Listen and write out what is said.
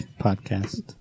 podcast